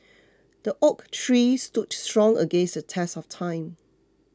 the oak tree stood strong against the test of time